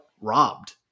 robbed